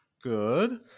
Good